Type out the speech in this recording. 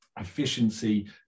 efficiency